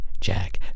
Jack